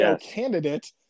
candidate